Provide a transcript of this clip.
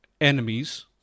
enemies